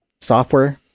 software